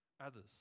others